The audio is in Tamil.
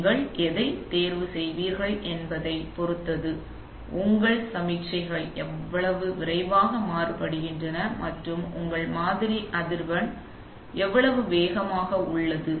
நீங்கள் எதை தேர்வு செய்வீர்கள் என்பதைப் பொறுத்தது உங்கள் சமிக்ஞைகள் எவ்வளவு விரைவாக மாறுபடுகின்றன மற்றும் உங்கள் மாதிரி அதிர் வெண் எவ்வளவு வேகமாக உள்ளது